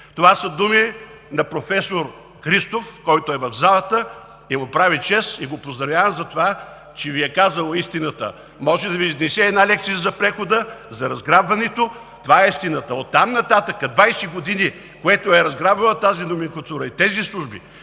Това са думи на професор Христов, който е в залата. Прави му чест и го поздравявам за това, че Ви е казал истината. Може да Ви изнесе една лекция за прехода, за разграбването. Това е истината! Оттам нататък – 20 години, което е разграбвала тази номенклатура и тези служби,